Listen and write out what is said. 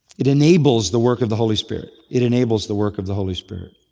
it enables the work of the holy spirit. it enables the work of the holy spirit.